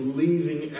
leaving